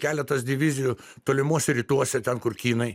keletas divizijų tolimuose rytuose ten kur kinai